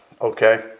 Okay